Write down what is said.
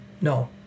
No